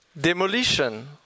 Demolition